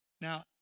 Now